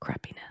crappiness